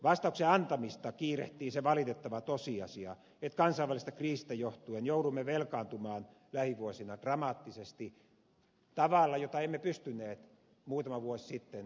vastauksen antamista kiirehtii se valitettava tosiasia että kansainvälisestä kriisistä johtuen joudumme velkaantumaan lähivuosina dramaattisesti tavalla jota emme pystyneet muutama vuosi sitten edes aavistamaan